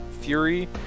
fury